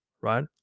right